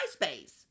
MySpace